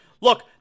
look